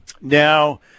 Now